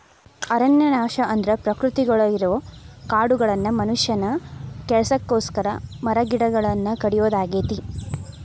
ಅರಣ್ಯನಾಶ ಅಂದ್ರ ಪ್ರಕೃತಿಯೊಳಗಿರೋ ಕಾಡುಗಳನ್ನ ಮನುಷ್ಯನ ಕೆಲಸಕ್ಕೋಸ್ಕರ ಮರಗಿಡಗಳನ್ನ ಕಡಿಯೋದಾಗೇತಿ